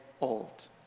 old